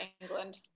england